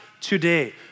today